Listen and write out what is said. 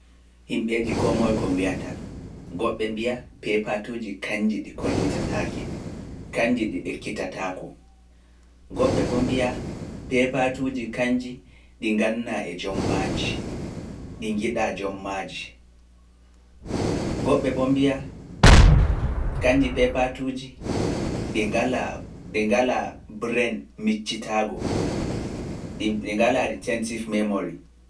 Himɓeeji koo moye ko wiata, goɓɓe mbiya peepatuuji kañji ɗi kollitataake, kañji ɗi ɗe kitataako, goɓɓe mbo mbiya peepatuuji kañji ɗi ngannaa e jommaaji, ɗi ngalaa ɗi ngalaa brain miccitaago, ɗi ngalaa ɗi sensitive memory.